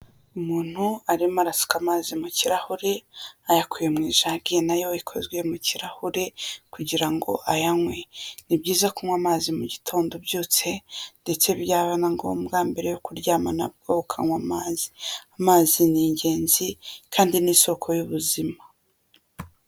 Umuntu arimo arasuka amazi mu kirahure ayakuye mu ijage na yo ikozwe mu kirahure kugira ngo ayanywe. Ni byiza kunywa amazi mu gitondo ubyutse ndetse byaba na ngombwa mbere yo kuryamana na bwo ukanywa amazi. Amazi ni ingenzi kandi ni isoko y'ubuzima.